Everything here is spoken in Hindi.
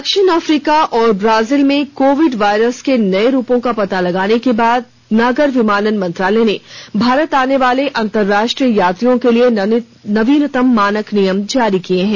दक्षिण अफ्रीका और ब्राजील में कोविड वायरस के नए रूपों का पता लगने के बाद नागर विमानन मंत्रालय ने भारत आने वाले अंतर्राष्ट्रीय यात्रियों के लिए नवीनतम मानक नियम जारी किए हैं